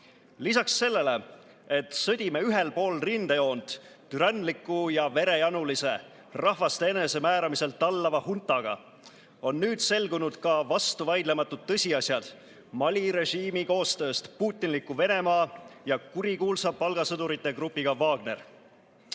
Lisaks sellele, et sõdime ühel pool rindejoont türanliku ja verejanulise, rahvaste enesemääramise [õigusel] tallava huntaga, on nüüd selgunud ka vastuvaidlematud tõsiasjad Mali režiimi koostöö kohta putinliku Venemaa ja kurikuulsa palgasõdurite grupiga Wagner.